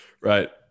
right